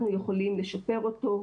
איך אנחנו יכולים לשפר אותו.